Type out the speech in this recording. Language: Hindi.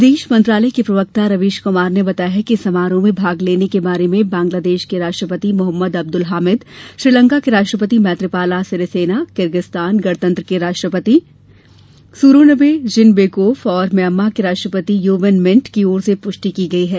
विदेश मंत्रालय के प्रवक्ता रवीश कुमार ने बताया है कि समारोह में भाग लेने के बारे में बंगलादेश के राष्ट्रपति मोहम्मद अब्दुल हामिद श्रीलंका के राष्ट्रपति मैत्रीपाला सिरिसेना किर्गिजस्तान गणतंत्र के राष्ट्रपति सुरोनबे जीनबेकोफ और म्यामां के राष्ट्रपति यू विन मिंट की ओर से पुष्टि की है